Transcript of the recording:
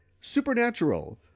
Supernatural